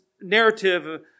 narrative